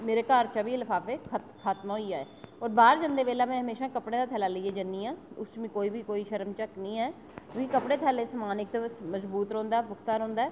मेरे घर च बी एह् लफाफे खत् खत्म होई जाए और बाह्र जंदे बेल्लै में हमेशा कपड़े दा थैला लेइयै जन्नी आं उस च मी कोई बी कोई शर्म झक्क नेईं ऐ कपड़े दे थैले च समान इक ते मजबूत रौंह्दा ऐ पुख्ता रौंह्दा ऐ